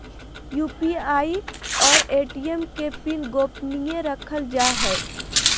UPI और ATM के PIN गोपनीय रखल जा हइ